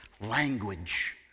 language